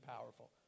powerful